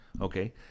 Okay